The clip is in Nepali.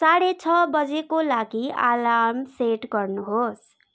साँढे छ बजीको लागि आलार्म सेट गर्नुहोस्